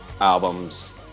albums